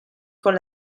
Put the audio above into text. con